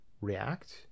react